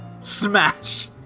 smash